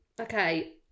Okay